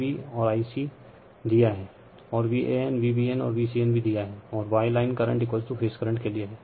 Glossary English Word Word Meaning surrounded surrounded घिरा हुआ determine determine निर्धारित करना relation रिलेशन संबंध suggestion सजेसन सुझाव